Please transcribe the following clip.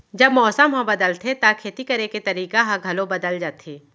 जब मौसम ह बदलथे त खेती करे के तरीका ह घलो बदल जथे?